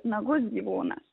nagus gyvūnas